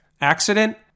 Accident